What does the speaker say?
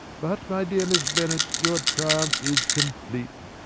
but, my dear miss bennet, your triumph is complete.